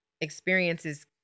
experiences